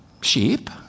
sheep